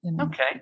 Okay